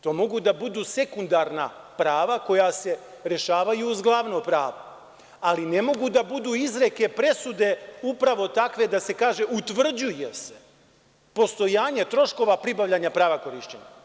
To mogu da budu sekundarna prava koja se rešavaju uz glavno pravo, ali ne mogu da budu izreke presude upravo takve da se kaže – utvrđuje se postojanje troškova pribavljanja prava korišćenja.